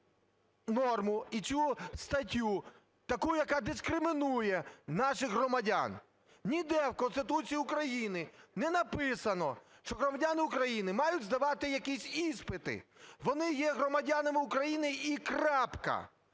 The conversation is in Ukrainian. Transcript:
норму і цю статтю таку, яка дискримінує наших громадян. Ніде в Конституції України не написано, що громадяни України мають здавати якісь іспити. Вони є громадянами України – і крапка!